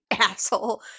asshole